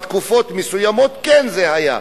בתקופות מסוימות זה היה,